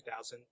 2000